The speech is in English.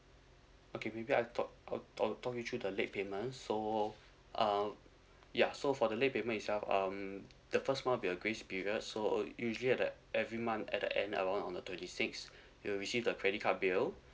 okay maybe I talk uh I'll talk you through the late payment so um ya so for the late payment itself um the first one will be a grace period so usually at that every month at the end of the um twenty sixth you'll receive the credit card bill